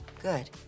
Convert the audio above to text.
Good